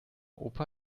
opa